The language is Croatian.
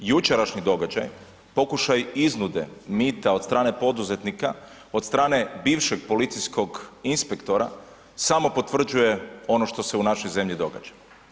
Jučerašnji događaj, pokušaj iznude mita od strane poduzetnika od strane bivšeg policijskog inspektora samo potvrđuje ono što se u našoj zemlji događa.